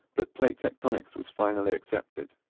that plate tectonics was finally accepted.